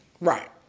Right